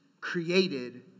created